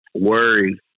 worry